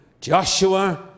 Joshua